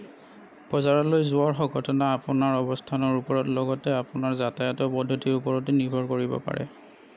বজাৰলৈ যোৱাৰ সঘনতা আপোনাৰ অৱস্থানৰ ওপৰত লগতে আপোনাৰ যাতায়াতৰ পদ্ধতিৰ ওপৰতো নিৰ্ভৰ কৰিব পাৰে